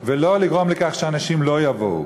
ולא לגרום לכך שאנשים לא יבואו.